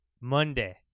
Monday